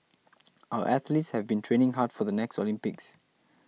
our athletes have been training hard for the next Olympics